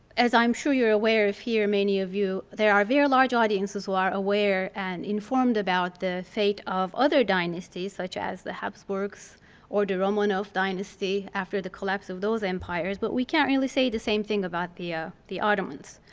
as i'm sure you're aware here, many of you, there are very large audiences who are aware and informed of the fate of other dynasties, such as the hapsburgs or the romanov dynasty after the collapse of those empires. but we can't really say the same thing about the ah the ottomans.